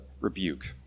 rebuke